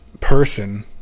person